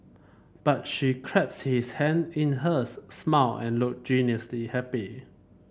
but she clasped his hand in hers smiled and looked genuinely happy